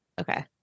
Okay